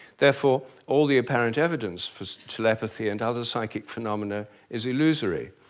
therefore all the apparent evidence for telepathy and other psychic phenomena is illusory.